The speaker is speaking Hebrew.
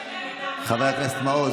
חבר הכנסת מעוז,